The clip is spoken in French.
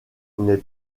n’est